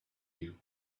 you